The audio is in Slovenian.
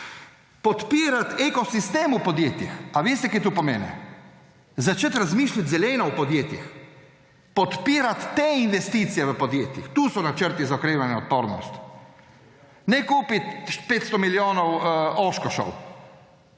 Podpirati eko sistem v podjetjih. Ali veste, kaj to pomeni? Začeti razmišljati zeleno v podjetjih, podpirati te investicije v podjetjih. To so načrti za okrevanje in odpornost. Ne kupiti za 500 milijonov oshkoshev.